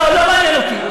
לא, לא מעניין אותי.